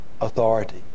authority